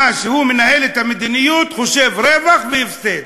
מאז הוא מנהל את המדיניות, חושב רווח והפסד,